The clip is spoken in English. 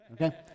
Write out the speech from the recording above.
okay